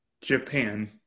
Japan